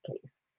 case